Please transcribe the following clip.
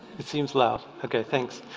it seems loud. okay. thanks.